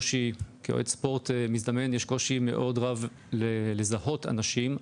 כיועץ ספורט מזדמן, יש קושי מאוד רב לזהות אנשים.